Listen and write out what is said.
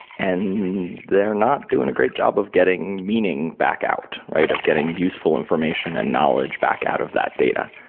and they're not doing a great job of getting meaning back out, right? of getting useful information and knowledge back out of that data.